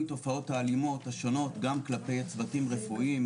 תופעות האלימות השונות גם כלפי צוותים רפואיים,